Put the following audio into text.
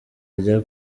rya